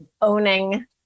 owning